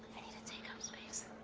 i need to take up space.